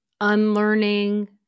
unlearning